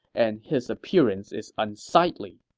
and his appearance is unsightly.